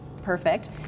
Perfect